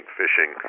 fishing